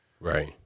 Right